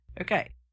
Okay